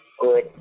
good